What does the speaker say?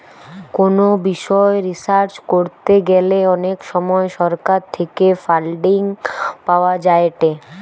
কোনো বিষয় রিসার্চ করতে গ্যালে অনেক সময় সরকার থেকে ফান্ডিং পাওয়া যায়েটে